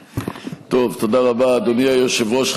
טוב, תודה רבה, אדוני היושב-ראש.